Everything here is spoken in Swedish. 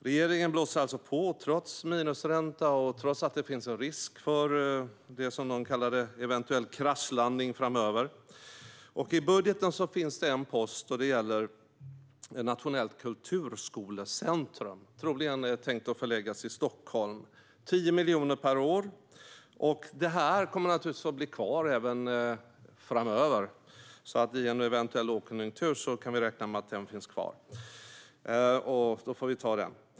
Regeringen blåser alltså på, trots minusränta och trots att det finns en risk för det man kallar en eventuell kraschlandning framöver. I budgeten finns det en post, och det gäller ett nationellt kulturskolecentrum. Det är troligen tänkt att förläggas till Stockholm och ska få 10 miljoner per år. Detta kommer naturligtvis att bli kvar även framöver, så vid en eventuell lågkonjunktur kan vi räkna med att det finns kvar. Då får vi ta det.